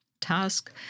Task